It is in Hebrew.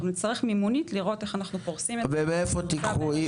אנחנו צריכים לראות מימונית איך אנחנו פורסים את זה ומאיפה תיקחו?